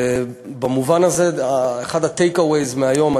במובן הזה אחד ה-takeaways מהיום,